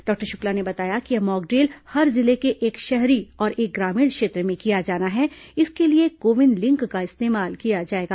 doctor Shukla ने बताया कि यह मॉकड्रिल हर जिले के एक शहरी और एक ग्रामीण क्षेत्र में किया जाना है इसके लिए को विन लिंक का इस्तेमाल किया जाएगा